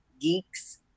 Geeks